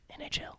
NHL